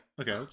Okay